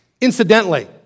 Incidentally